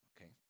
Okay